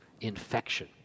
infection